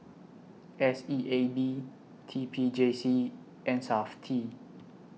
S E A B T P J C and Safti